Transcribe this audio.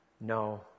no